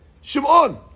Shimon